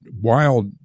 wild